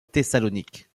thessalonique